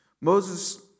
Moses